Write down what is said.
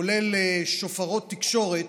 כולל שופרות תקשורת,